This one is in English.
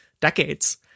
Decades